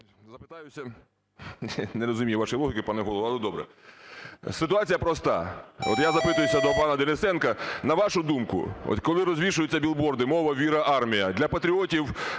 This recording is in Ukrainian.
Не розумію вашої логіки, пане Голово, але добре. Ситуація проста. От я запитуюся до пана Денисенка. На вашу думку, от коли розвішуються бігборди "Мова, віра, армія", для патріотів